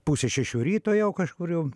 pusė šešių ryto jau kažkur jau